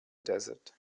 desert